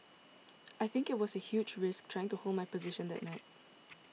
I think it was a huge risk trying to hold my position that night